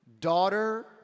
daughter